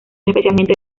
especialmente